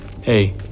Hey